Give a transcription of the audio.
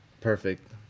perfect